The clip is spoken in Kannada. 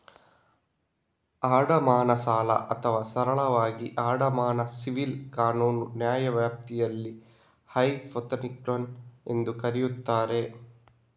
ಅಡಮಾನ ಸಾಲ ಅಥವಾ ಸರಳವಾಗಿ ಅಡಮಾನ ಸಿವಿಲ್ ಕಾನೂನು ನ್ಯಾಯವ್ಯಾಪ್ತಿಯಲ್ಲಿ ಹೈಪೋಥೆಕ್ಲೋನ್ ಎಂದೂ ಕರೆಯುತ್ತಾರೆ